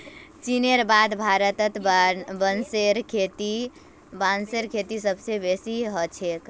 चीनेर बाद भारतत बांसेर खेती सबस बेसी ह छेक